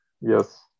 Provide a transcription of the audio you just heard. yes